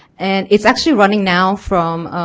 and it's actually running now from